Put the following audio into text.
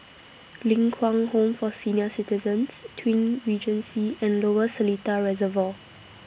Ling Kwang Home For Senior Citizens Twin Regency and Lower Seletar Reservoir